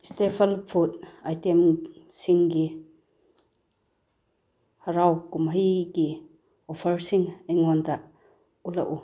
staple food ꯑꯥꯏꯇꯦꯝꯁꯤꯡꯒꯤ ꯍꯔꯥꯎ ꯀꯨꯝꯍꯩꯒꯤ ꯑꯣꯐꯔꯁꯤꯡ ꯑꯩꯉꯣꯟꯗ ꯎꯠꯂꯛꯎ